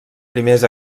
primers